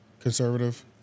conservative